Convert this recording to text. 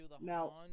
now